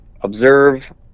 observe